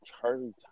Charlie